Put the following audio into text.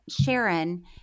Sharon